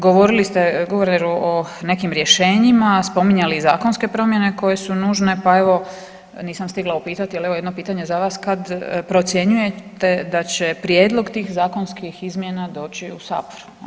Govorili ste, guverneru o nekim rješenjima, spominjali i zakonske promjene koje su nužne, pa evo, nisam stigla upitati, ali evo jedno pitanje za vas, kad procjenjujete da će prijedlog tih zakonskih izmjena doći u Sabor?